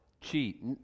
cheat